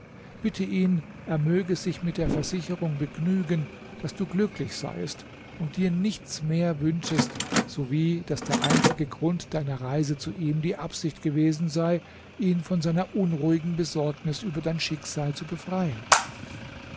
bitte ihn er möge sich mit der versicherung begnügen daß du glücklich seiest und dir nichts mehr wünschest sowie daß der einzige grund deiner reise zu ihm die absicht gewesen sei ihn von seiner unruhigen besorgnis über dein schicksal zu befreien